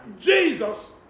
Jesus